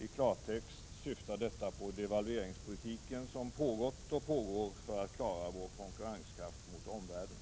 I klartext syftar detta på devalveringspolitiken, som har pågått och pågår för att vi skall klara vår konkurrenskraft mot omvärlden.